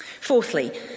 Fourthly